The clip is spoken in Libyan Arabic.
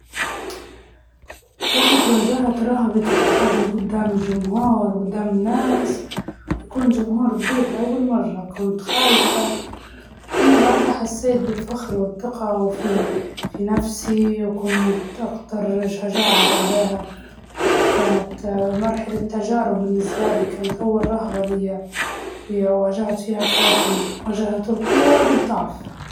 لما وقفت على المسرح لأول مرة، و ألقيت خطاب كنت خايفة بس لما كملت حسيت بشعور ولا أروع كأني إنتصرت علي روحي.